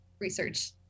research